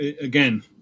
Again